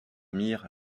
mir